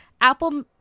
Apple